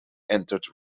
entered